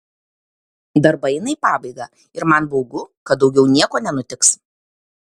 darbai eina į pabaigą ir man baugu kad daugiau nieko nenutiks